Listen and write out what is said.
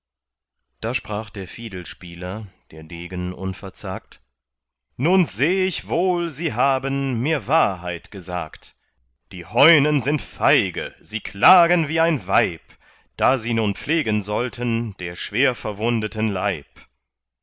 da sprach der fiedelspieler der degen unverzagt nun seh ich wohl sie haben mir wahrheit gesagt die heunen sind feige sie klagen wie ein weib da sie nun pflegen sollten der schwerverwundeten leib